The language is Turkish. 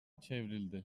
çevrildi